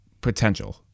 potential